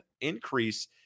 increase